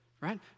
right